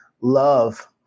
love